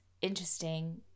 interesting